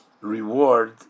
reward